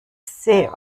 sehr